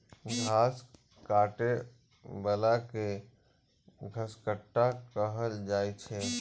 घास काटै बला कें घसकट्टा कहल जाइ छै